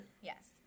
Yes